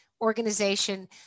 organization